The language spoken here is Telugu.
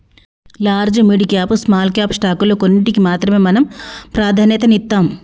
large, mid cap, small cap స్టాకుల్లో కొన్నిటికి మాత్రమే మనం ప్రాధన్యతనిత్తాం